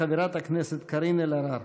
חברת הכנסת קארין אלהרר.